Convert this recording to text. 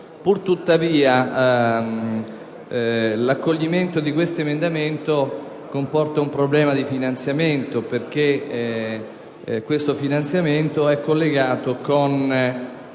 Pur tuttavia, l'accoglimento di questo emendamento comporta un problema di copertura, perché il finanziamento è collegato a